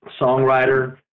songwriter